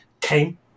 came